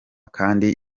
kandi